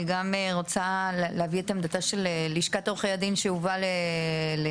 אני גם רוצה להביא את עמדתה של לשכת עורכי הדין שהובאה לידינו,